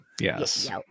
Yes